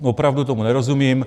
Opravdu tomu nerozumím.